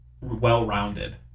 well-rounded